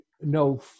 no